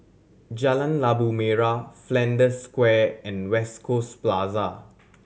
Jalan Labu Merah Flanders Square and West Coast Plaza